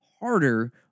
harder